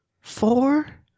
four